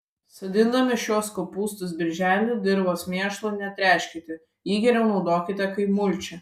sodindami šiuos kopūstus birželį dirvos mėšlu netręškite jį geriau naudokite kaip mulčią